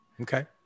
okay